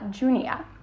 Junia